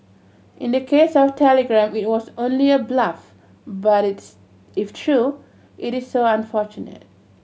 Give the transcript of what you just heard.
in the case of Telegram it was only a bluff but if true it is so unfortunate